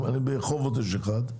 ברחובות יש אחד,